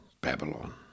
Babylon